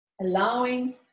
allowing